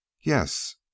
Yes